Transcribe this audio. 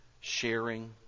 sharing